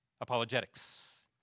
apologetics